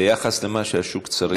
ביחס למה שהשוק צריך.